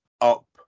up